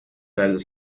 öeldes